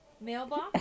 mailbox